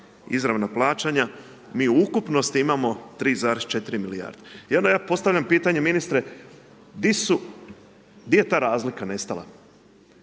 izravna plaćanja, mi u ukupnosti imamo 3,4 milijarde. I onda ja postavljam pitanje ministre gdje je ta razlika nestala?